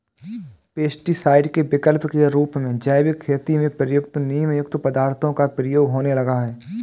pesticide के विकल्प के रूप में जैविक खेती में प्रयुक्त नीमयुक्त पदार्थों का प्रयोग होने लगा है